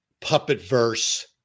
puppet-verse